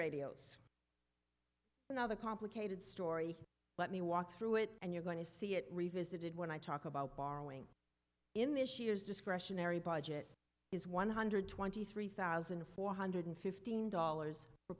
radios another complicated story let me walk through it and you're going to see it revisited when i talk about borrowing in this year's discretionary budget is one hundred twenty three thousand four hundred fifteen dollars for